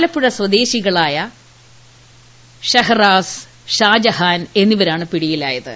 ആലപ്പുഴ സ്വദേശികളായ ഷിഹറാസ് ഷാജഹാൻ എന്നിവരാണ് പിടിയിലായത്